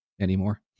anymore